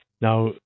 Now